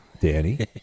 Danny